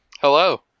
Hello